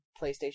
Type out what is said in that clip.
PlayStation